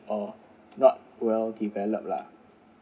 or not well developed lah